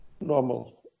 normal